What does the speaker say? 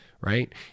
Right